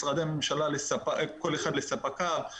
משרדי הממשלה כל אחד לספקיו,